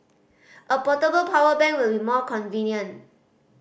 a portable power bank will be more convenient